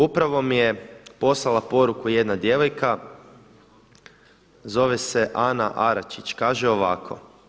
Upravo mi je poslala poruku jedna djevojka, zove se Ana Aračić, kaže ovako.